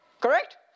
Correct